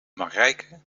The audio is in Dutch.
marijke